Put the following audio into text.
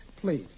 Please